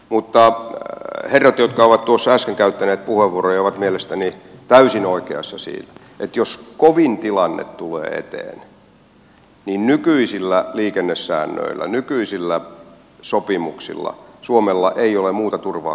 mutta herrat jotka ovat tuossa äsken käyttäneet puheenvuoroja ovat mielestäni täysin oikeassa siinä että jos kovin tilanne tulee eteen niin nykyisillä liikennesäännöillä nykyisillä sopimuksilla suomella ei ole muuta turvaa kuin itsensä